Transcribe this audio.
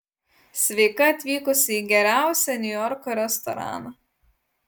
sveika atvykusi į geriausią niujorko restoraną